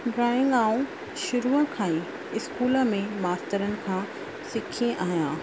drawing ऐं शुरूअ खां ई इस्कूल में मास्तरनि खां सिखी आहियां